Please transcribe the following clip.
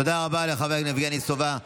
תודה רבה לחבר הכנסת יבגני סובה.